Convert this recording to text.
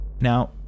Now